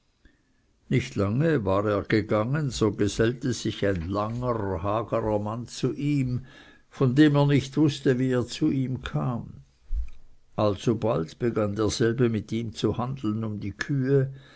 nicht lange war er gegangen so gesellte sich ein langer hagerer mann zu ihm von dem er nicht wußte wie er zu ihm kam alsobald begann derselbe mit ihm zu handeln um die kühe